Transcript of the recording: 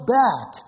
back